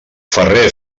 ferrer